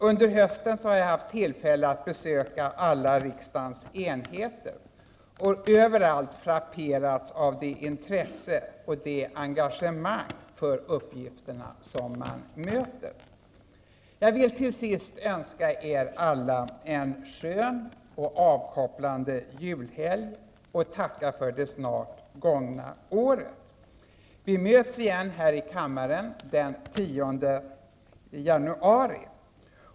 Under hösten har jag haft tillfälle att besöka alla riksdagens enheter och överallt frapperats av det intresse och det engagemang för uppgifterna som man möter. Jag vill till sist önska er alla en skön och avkopplande julhelg och tacka för det snart gångna året. Vi möts igen här i kammaren fredagen den 10 januari.